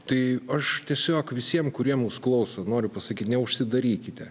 tai aš tiesiog visiem kurie mus klauso noriu pasakyti neužsidarykite